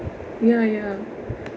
ya ya